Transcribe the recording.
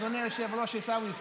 אדוני היושב-ראש עיסאווי פריג',